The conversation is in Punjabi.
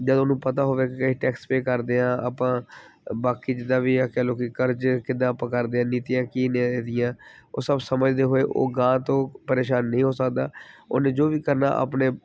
ਜਦੋਂ ਉਹਨੂੰ ਪਤਾ ਹੋਵੇ ਕਿ ਅਸੀਂ ਟੈਕਸ ਪੇ ਕਰਦੇ ਹਾਂ ਆਪਾਂ ਬਾਕੀ ਜਿੱਦਾਂ ਵੀ ਕਹਿ ਲਓ ਕਿ ਕਰਜ ਕਿੱਦਾਂ ਆਪਾਂ ਕਰਦੇ ਹਾਂ ਨੀਤੀਆਂ ਕੀ ਨੇ ਇਹਦੀਆਂ ਉਹ ਸਭ ਸਮਝਦੇ ਹੋਏ ਉਹ ਅਗਾਂਹ ਤੋਂ ਪ੍ਰੇਸ਼ਾਨ ਨਹੀਂ ਹੋ ਸਕਦਾ ਉਹਨੇ ਜੋ ਵੀ ਕਰਨਾ ਆਪਣੇ